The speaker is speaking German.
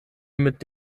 mit